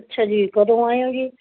ਅੱਛਾ ਜੀ ਕਦੋਂ ਆਏ ਹੋ ਜੀ